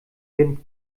wind